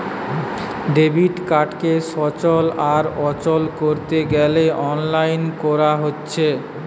debit কার্ডকে সচল আর অচল কোরতে গ্যালে অনলাইন কোরা হচ্ছে